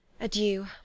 Adieu